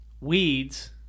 weeds